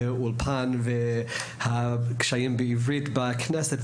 האולפן והקשיים בעברית בכנסת.